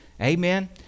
Amen